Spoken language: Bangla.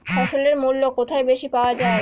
ফসলের মূল্য কোথায় বেশি পাওয়া যায়?